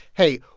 hey,